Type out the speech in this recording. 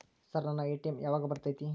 Sir ನನ್ನ ATM ಯಾವಾಗ ಬರತೈತಿ?